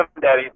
Daddy